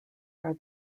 are